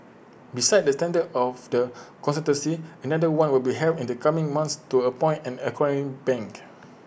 besides the tender of the consultancy another one will be held in the coming months to appoint an acquiring bank